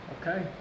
Okay